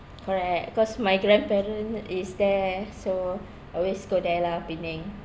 correct cause my grandparent is there so I always go there lah penang